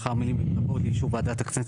לאחר המילים 'ותבוא לאישור ועדת הכנסת'